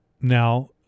Now